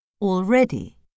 already